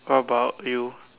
what about you